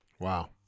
Wow